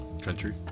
country